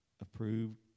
approved